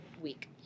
week